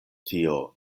tio